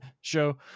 show